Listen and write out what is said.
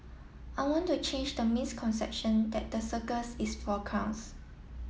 I want to change the misconception that the circus is for clowns